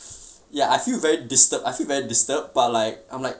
ya I feel very disturbed I feel very disturbed but like I'm like